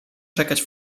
czekać